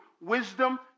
wisdom